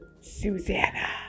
Susanna